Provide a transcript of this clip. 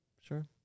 Sure